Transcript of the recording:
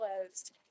closed